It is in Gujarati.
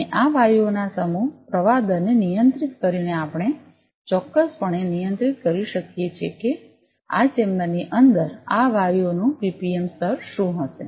અને આ વાયુઓના આ સમૂહ પ્રવાહ દરને નિયંત્રિત કરીને આપણે ચોક્કસપણે નિયંત્રિત કરી શકીએ છીએ કે આ ચેમ્બરની અંદર આ વાયુઓનું પીપીએમ સ્તર શું હશે